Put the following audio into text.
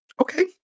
Okay